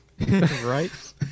Right